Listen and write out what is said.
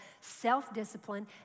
self-discipline